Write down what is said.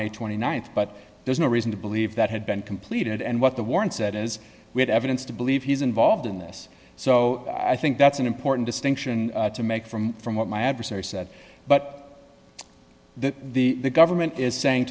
may th but there's no reason to believe that had been completed and what the warrant said is we have evidence to believe he's involved in this so i think that's an important distinction to make from from what my adversary said but that the government is saying